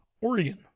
Oregon